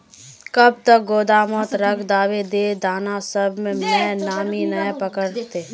कब तक गोदाम में रख देबे जे दाना सब में नमी नय पकड़ते?